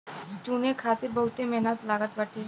चुने खातिर बहुते मेहनत लागत बाटे